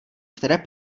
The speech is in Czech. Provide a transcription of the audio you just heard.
které